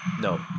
No